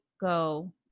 go